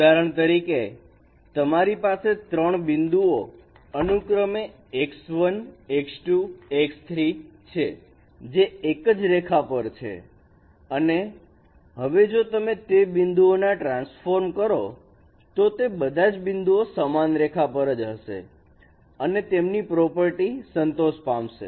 ઉદાહરણ તરીકે તમારી પાસે ત્રણ બિંદુઓ અનુક્રમે x1 x2 x3 છે જે એક જ રેખા પર છે અને હવે જો તમે તે બિંદુઓના ટ્રાન્સફોર્મ કરો તો તે બધા જ બિંદુઓ સમાન રેખા પર જ હશે અને તેમની પ્રોપર્ટી સંતોષ પામશે